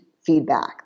feedback